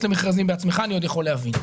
למכרזים בעצמך את זה אני עוד יכול להבין.